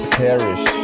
perish